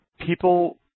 people